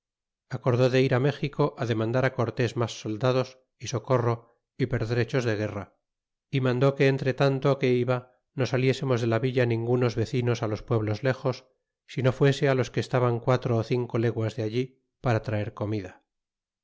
acordó de ir méxico demandar cortés mas soldados y socorro y pertrechos de guerra y mandó que entre tanto que iba no saliésemos de la villa ningunos vecinos los pueblos lexos si no fuese los que estaban quatro ó cinco leguas de allí para traer comida